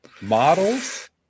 models